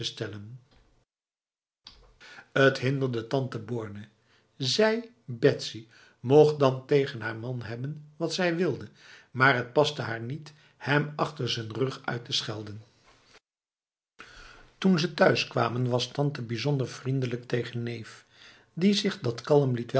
het hinderde tante borne zij betsy mocht dan tegen haar man hebben wat zij wilde maar het paste haar niet hem achter z'n rug uit te schelden toen ze thuiskwamen was tante bijzonder vriendelijk tegen neef die zich dat kalm